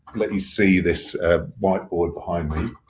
let you see this whiteboard behind